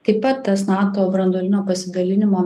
taip pat tas nato branduolinio pasidalinimo